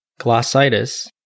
glossitis